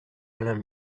alain